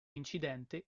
incidente